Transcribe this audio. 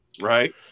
right